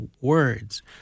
words